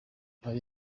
ari